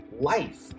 life